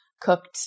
cooked